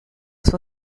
sua